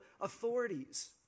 authorities